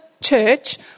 church